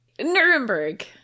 Nuremberg